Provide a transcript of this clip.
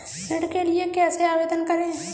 ऋण के लिए कैसे आवेदन करें?